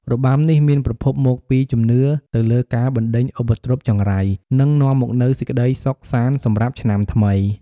របាំនេះមានប្រភពមកពីជំនឿទៅលើការបណ្តេញឧបទ្រពចង្រៃ និងនាំមកនូវសេចក្តីសុខសាន្តសម្រាប់ឆ្នាំថ្មី។